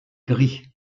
gris